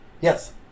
Yes